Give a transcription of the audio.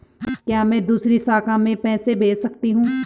क्या मैं दूसरी शाखा में पैसे भेज सकता हूँ?